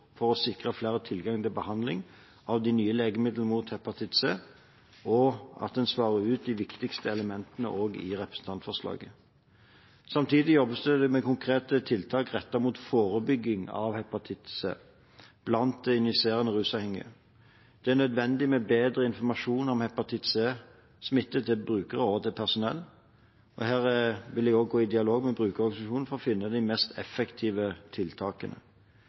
for å sikre flere tilgang til behandling med de nye legemidlene mot hepatitt C, og at dette svarer ut de viktigste elementene i representantforslaget. Samtidig jobbes det med konkrete tiltak rettet mot forebygging av hepatitt C blant injiserende rusavhengige. Det er nødvendig med bedre informasjon om hepatitt C-smitte til brukere og personell. Her vil jeg gå i dialog med brukerorganisasjonene for å finne de mest effektive tiltakene.